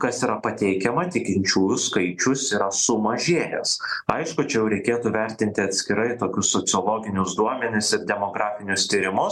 kas yra pateikiama tikinčiųjų skaičius yra sumažėjęs aišku čia jau reikėtų vertinti atskirai tokius sociologinius duomenis ir demografinius tyrimus